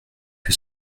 que